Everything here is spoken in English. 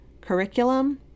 curriculum